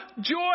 joy